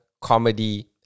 comedy